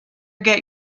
get